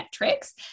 metrics